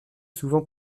souvent